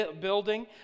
building